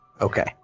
Okay